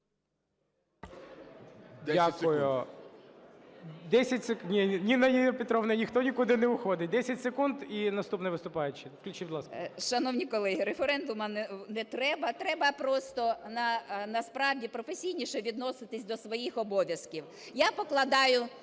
Дякую. Ніна Петрівна, ніхто нікуди не уходить. 10 секунд - і наступний виступаючий. Включіть, будь ласка. ЮЖАНІНА Н.П. Шановні колеги, референдуму не треба. Треба просто насправді професійніше відноситися до своїх обов'язків. Я покладаю